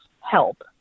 help